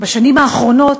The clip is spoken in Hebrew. בשנים האחרונות,